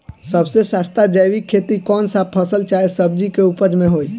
सबसे सस्ता जैविक खेती कौन सा फसल चाहे सब्जी के उपज मे होई?